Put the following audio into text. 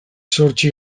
zortzi